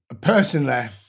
Personally